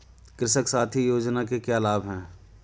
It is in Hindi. कृषक साथी योजना के क्या लाभ हैं?